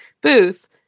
Booth